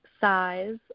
size